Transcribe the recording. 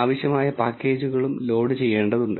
ആവശ്യമായ പാക്കേജുകളും ലോഡ് ചെയ്യേണ്ടതുണ്ട്